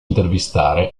intervistare